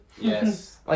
Yes